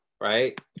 right